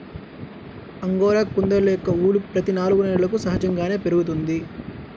angora కుందేళ్ళ యొక్క ఊలు ప్రతి నాలుగు నెలలకు సహజంగానే పెరుగుతుంది